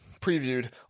previewed